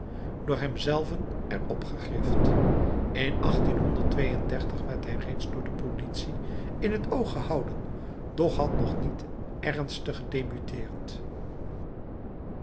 door hem zelven er op gegrift in werd hij reeds door de politie in t oog gehouden doch had nog niet ernstig gedebuteerd